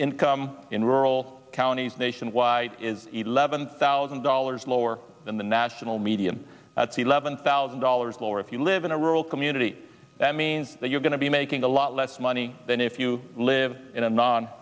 income in rural counties nationwide is eleven thousand dollars lower than the national median that's eleven thousand dollars lower if you live in a rural community that means that you're going to be making a lot less money than if you live in a non